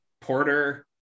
Porter